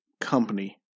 company